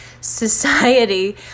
society